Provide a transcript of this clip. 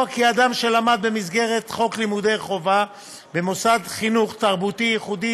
כי אדם שלמד במסגרת חוק לימודי חובה במוסד חינוך תרבותי ייחודי